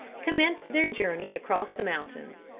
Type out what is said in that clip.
commenced their journey across the mountains.